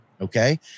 Okay